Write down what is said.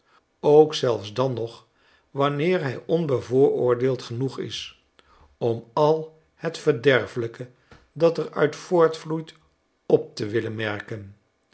ook zelfs dan nog wanneer hij onbevooroordeeld genoeg is om al het verderfelyke dat er uit voortvloeit op te willen merken